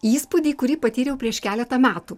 įspūdį kurį patyriau prieš keletą metų